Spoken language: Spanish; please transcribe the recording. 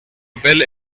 papel